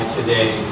today